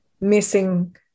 missing